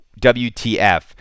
WTF